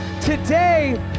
today